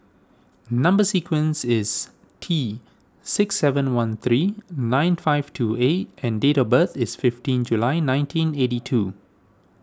Number Sequence is T six seven one three nine five two A and date of birth is fifteen July nineteen eighty two